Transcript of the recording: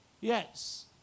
Yes